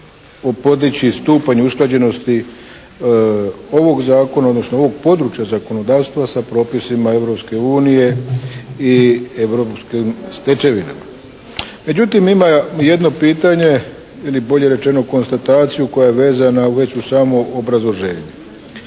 se podići stupanj usklađenosti ovog zakona, odnosno ovog područja zakonodavstva sa propisima Europske unije i europskim stečevinama. Međutim imam jedno pitanje ili bolje rečeno konstataciju koja je vezana već uz samo obrazloženje,